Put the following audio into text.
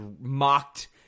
mocked